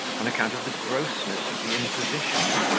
on account of the grossness of the imposition.